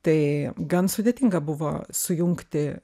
tai gan sudėtinga buvo sujungti